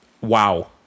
Wow